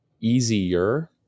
easier